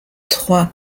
trois